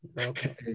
Okay